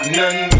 none